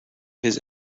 his